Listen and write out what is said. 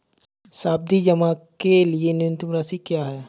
सावधि जमा के लिए न्यूनतम राशि क्या है?